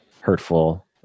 hurtful